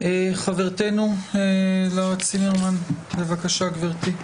חברתנו לרה צינמן, בבקשה גברתי.